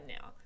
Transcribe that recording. now